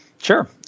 Sure